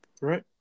Right